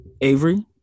Avery